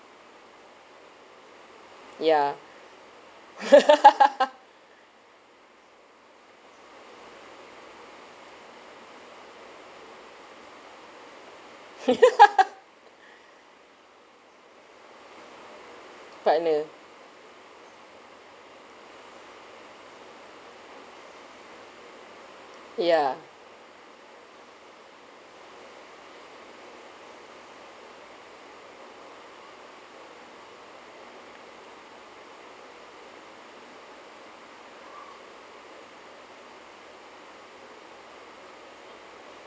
ya partner ya